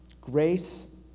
Grace